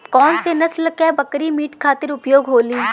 कौन से नसल क बकरी मीट खातिर उपयोग होली?